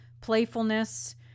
playfulness